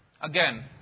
Again